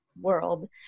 world